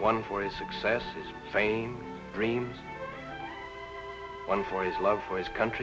one for its successes fame dreams one for his love for his country